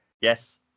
yes